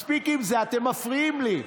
מספיק עם זה, אתם מפריעים לי.